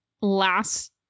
last